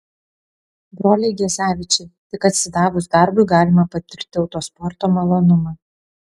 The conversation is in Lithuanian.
broliai gezevičiai tik atsidavus darbui galima patirti autosporto malonumą